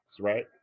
right